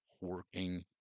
working